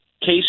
Case